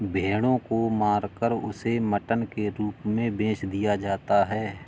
भेड़ों को मारकर उसे मटन के रूप में बेच दिया जाता है